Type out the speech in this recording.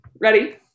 ready